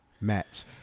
match